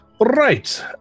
Right